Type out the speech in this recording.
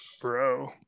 Bro